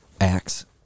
Acts